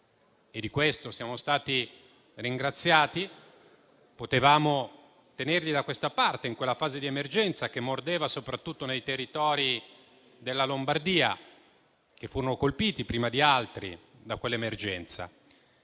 E di questo siamo stati ringraziati, perché potevamo tenerli da questa parte del confine, in quella fase di emergenza che mordeva soprattutto nei territori della Lombardia colpiti prima di altri da quell'emergenza,